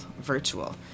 virtual